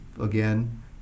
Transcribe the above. again